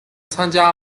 参加